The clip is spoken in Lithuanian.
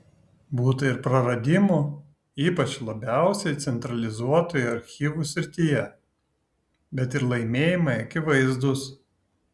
būta ir praradimų ypač labiausiai centralizuotoje archyvų srityje bet ir laimėjimai akivaizdūs